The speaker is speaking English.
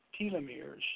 telomeres